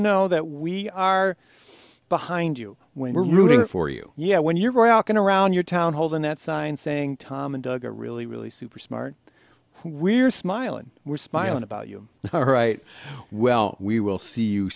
know that we are behind you when we're rooting for you yeah when you're out going around your town holding that sign saying tom and doug a really really super smart we're smiling we're smiling about you are right well we will see you